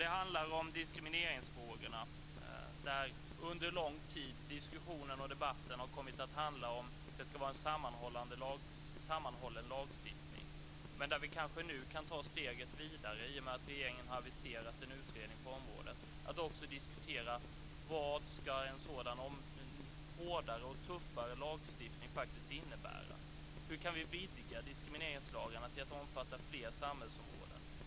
Det handlar om diskrimineringsfrågorna, där under lång tid diskussionen och debatten har kommit att handla om huruvida det ska vara en sammanhållen lagstiftning men där vi kanske nu kan ta steget vidare, i och med att regeringen har aviserat en utredning på området, och också diskutera vad en sådan hårdare och tuffare lagstiftning faktiskt ska innebära. Hur kan vi vidga diskrimineringslagarna till att omfatta fler samhällsområden?